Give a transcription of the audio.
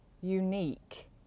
unique